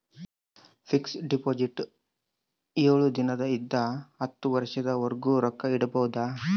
fix deposit ಏಳು ದಿನ ಇಂದ ಹತ್ತು ವರ್ಷದ ವರ್ಗು ರೊಕ್ಕ ಇಡ್ಬೊದು